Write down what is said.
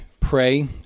Pray